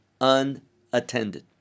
unattended